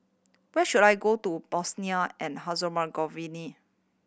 where should I go to Bosnia and Herzegovina